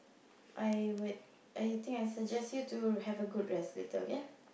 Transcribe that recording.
I would I think I suggest you to have a good rest later okay